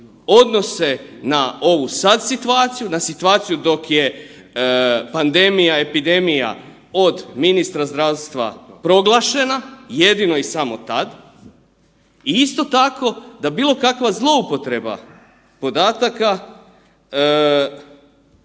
odnose na ovu sad situaciju, na situaciju dok je pandemija, epidemija od ministra zdravstva proglašena jedino i samo tad i isto tako da bilo kakva zloupotreba podataka